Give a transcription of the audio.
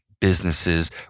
businesses